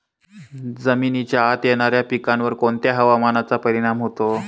जमिनीच्या आत येणाऱ्या पिकांवर कोणत्या हवामानाचा परिणाम होतो?